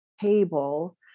table